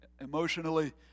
emotionally